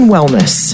Wellness